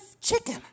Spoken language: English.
chicken